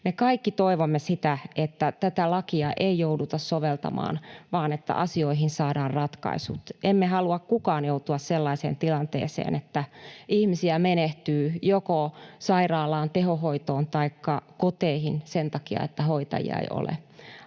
Me kaikki toivomme, että tätä lakia ei jouduta soveltamaan vaan että asioihin saadaan ratkaisut. Emme halua kukaan joutua sellaiseen tilanteeseen, että ihmisiä menehtyy joko sairaalan tehohoitoon taikka koteihin sen takia, että hoitajia ei ole.